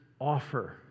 offer